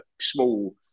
small